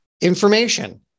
information